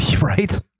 right